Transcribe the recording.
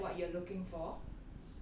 is that what you are looking for